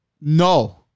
No